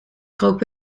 kroop